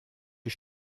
die